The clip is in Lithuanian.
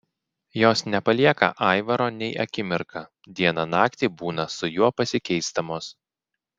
jos nepalieka aivaro nei akimirką dieną naktį būna su juo pasikeisdamos